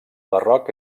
barroc